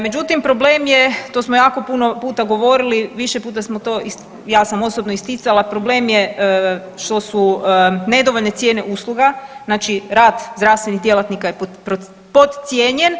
Međutim, problem je to smo jako puno puta govorili, više puta smo to, ja sam osobno isticala problem je što su nedovoljne cijene usluga, znači rad zdravstvenih djelatnika je podcijenjen.